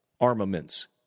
armaments